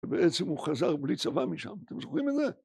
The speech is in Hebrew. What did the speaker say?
ובעצם הוא חזר בלי צבא משם, אתם זוכרים את זה?